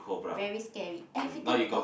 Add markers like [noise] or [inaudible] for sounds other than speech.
very scary everything [noise]